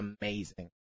amazing